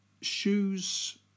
Shoes